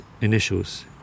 initials